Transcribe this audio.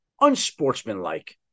unsportsmanlike